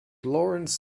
lorenz